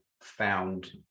found